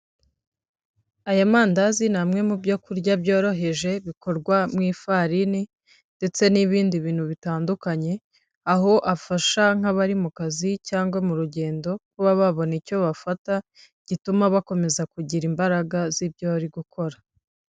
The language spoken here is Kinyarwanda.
Aya mandazi ni amwe mu byokurya byoroheje, bikorwa mu ifarini, ndetse n'ibindi bintu bitandukanye, aho afasha nk'abari mu kazi, cyangwa mu rugendo, kuba babona icyo bafata, gituma bakomeza kugira imbaraga z'ibyo bari gukora.